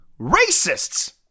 racists